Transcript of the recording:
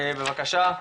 בבקשה,